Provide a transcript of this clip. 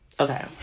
Okay